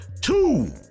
two